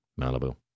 Malibu